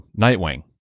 Nightwing